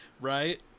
Right